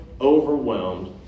overwhelmed